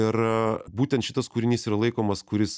ir būtent šitas kūrinys yra laikomas kuris